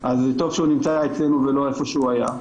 זה טוב שהוא נמצא אצלנו ולא איפה שהוא היה.